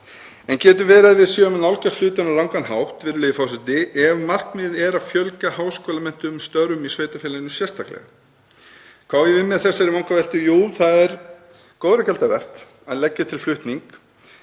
en getur verið að við séum að nálgast hlutina á rangan hátt, virðulegi forseti, ef markmiðið er að fjölga háskólamenntuðum störfum í sveitarfélaginu sérstaklega? Hvað á ég við með þessari vangaveltu? Jú, það er góðra gjalda vert að leggja til flutning